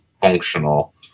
functional